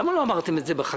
למה לא אמרתם את זה בחקיקה?